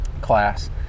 class